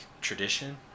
tradition